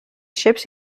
ships